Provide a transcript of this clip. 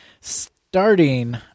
Starting